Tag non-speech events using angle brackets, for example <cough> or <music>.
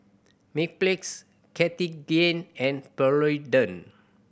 Mepilex Cartigain and <unintelligible>